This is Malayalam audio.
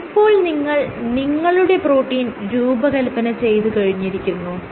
ഇപ്പോൾ നിങ്ങൾ നിങ്ങളുടെ പ്രോട്ടീൻ രൂപകൽപന ചെയ്തു കഴിഞ്ഞിരിക്കുന്നു